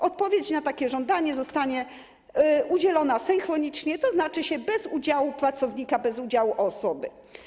Odpowiedź na takie żądanie zostanie udzielona synchronicznie, tzn. bez udziału pracownika, bez udziału osoby.